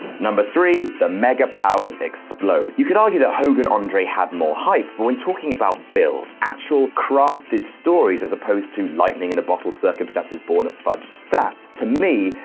three. the mega powers explode you could argue that hogan andre has more hype, but when talking about builds, actual crafted stories, as opposed to lightning in a bottle circumstances born of fudged stats, to me,